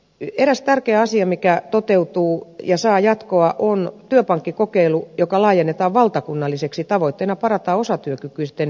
eräs tärkeä asia mikä toteutuu ja saa jatkoa on työpankkikokeilu joka laajennetaan valtakunnalliseksi tavoitteena parantaa osatyökykyisten työllistymismahdollisuuksia